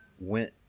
went